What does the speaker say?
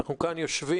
אנחנו כאן יושבים,